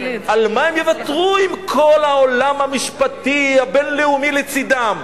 על מה הם יוותרו אם כל העולם המשפטי הבין-לאומי לצדם?